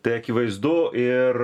tai akivaizdu ir